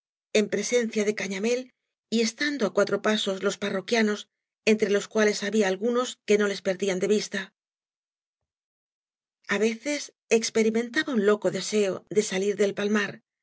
en presencia de gañamél y estando á cuatro pasos los parroquianos entre loa cuales habia algunos que no lea perdían de vista a veces experimentaba un loco deseo de salir del palmar